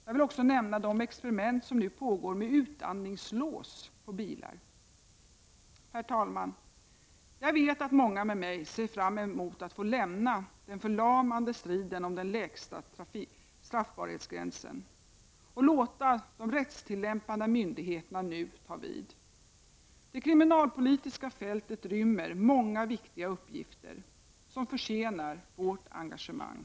Jag vill också nämna de experiment som pågår med ”utandningslås” på bilar. Herr talman! Jag vet att många med mig ser fram emot att få lämna den förlamande striden om den lägsta straffbarhetsgränsen och nu låta de rättstillämpande myndigheterna ta vid. Det kriminalpolitiska fältet rymmer många viktiga uppgifter som också förtjänar vårt engagemang.